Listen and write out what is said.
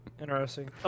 Interesting